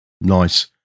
nice